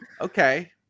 okay